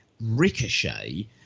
Ricochet